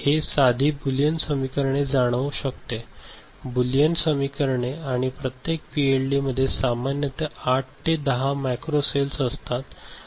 हे साधी बुलियन समीकरणे जाणवू शकते बुलियन समीकरण आणि प्रत्येक पीएलडीमध्ये सामान्यत 8 ते 10 मॅक्रो सेल्स असतात